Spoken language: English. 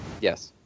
Yes